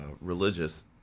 religious